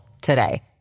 today